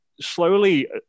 slowly